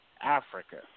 Africa